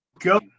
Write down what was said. Go